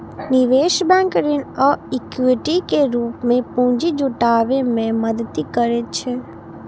निवेश बैंक ऋण आ इक्विटी के रूप मे पूंजी जुटाबै मे मदति करै छै